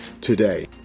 today